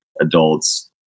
adults